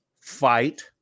fight